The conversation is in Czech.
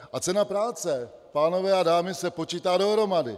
A cena práce, pánové a dámy, se počítá dohromady!